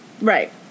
Right